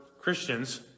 Christians